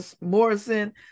Morrison